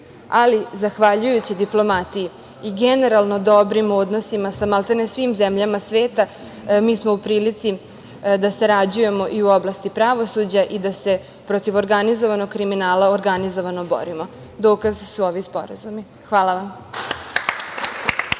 Ali, zahvaljujući diplomatiji i generalno dobrim odnosima sa maltene svim zemljama sveta, mi smo u prilici da sarađujemo i u oblasti pravosuđa i da se protiv organizovanog kriminala organizovano borimo. Dokazi su ovi sporazumi. Hvala vam.